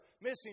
missing